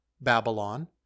Babylon